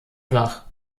flach